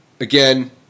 Again